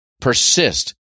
persist